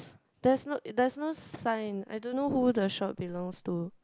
there's no there's no sign I don't know who the shop belongs to